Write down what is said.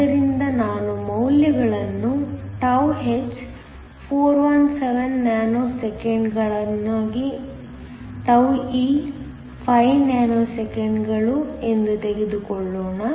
ಆದ್ದರಿಂದ ನಾನು ಮೌಲ್ಯಗಳನ್ನು τh 417 ನ್ಯಾನೊಸೆಕೆಂಡ್ಗಳು τe 5 ನ್ಯಾನೊಸೆಕೆಂಡ್ಗಳು ಎಂದು ತೆಗೆದುಕೊಳ್ಳೋಣ